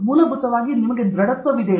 ಮೂಲಭೂತವಾಗಿ ನಿಮಗೆ ದೃಢತ್ವವಿದೆಯೇ